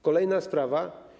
Kolejna sprawa.